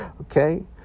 Okay